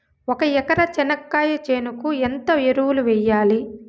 ఒక ఎకరా చెనక్కాయ చేనుకు ఎంత ఎరువులు వెయ్యాలి?